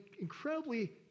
incredibly